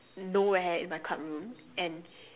no where in my club room and